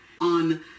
on